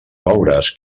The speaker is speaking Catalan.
veuràs